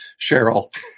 Cheryl